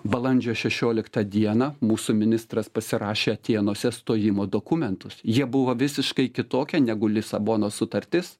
balandžio šešioliktą dieną mūsų ministras pasirašė atėnuose stojimo dokumentus jie buvo visiškai kitokie negu lisabonos sutartis